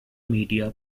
media